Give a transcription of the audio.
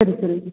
சரி சரி